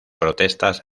protestas